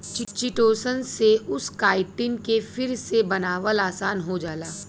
chitosan से उस chitin के फिर से बनावल आसान हो जाला